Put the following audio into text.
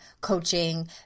coaching